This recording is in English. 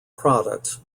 products